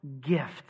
gift